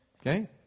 okay